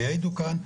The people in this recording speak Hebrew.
כפי שגם יעידו כאן,